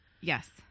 Yes